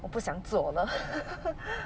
我不想做了